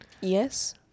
Yes